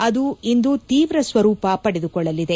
ಅದು ಇಂದು ತೀವ್ರ ಸ್ವರೂಪ ಪಡೆದುಕೊಳ್ಳಲಿದೆ